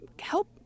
help